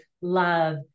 love